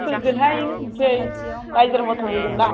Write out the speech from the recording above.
होगोनहाय होनोसै नायजेर मथन होगोनना